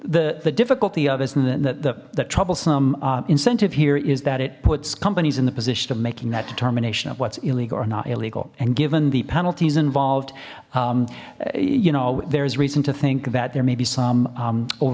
the the difficulty of us in that troublesome incentive here is that it puts companies in the position of making that determination of what's illegal or not illegal and given the penalties involved you know there's reason to think that there may be some